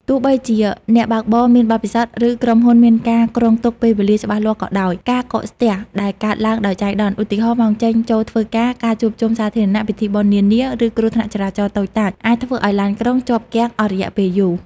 ទោះបីជាអ្នកបើកបរមានបទពិសោធន៍ ឬក្រុមហ៊ុនមានការគ្រោងទុកពេលវេលាច្បាស់លាស់ក៏ដោយ ការកកស្ទះដែលកើតឡើងដោយចៃដន្យ ឧទាហរណ៍ ម៉ោងចេញ ចូលធ្វើការ ការជួបជុំសាធារណៈ ពិធីបុណ្យនានា ឬគ្រោះថ្នាក់ចរាចរណ៍តូចតាច អាចធ្វើឱ្យឡានក្រុងជាប់គាំងអស់រយៈពេលយូរ។